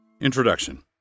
Introduction